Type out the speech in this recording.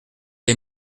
est